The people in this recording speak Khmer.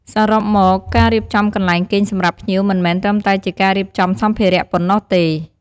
សរុបមក ការរៀបចំកន្លែងគេងសម្រាប់ភ្ញៀវមិនមែនត្រឹមតែជាការរៀបចំសម្ភារៈប៉ុណ្ណោះទេ។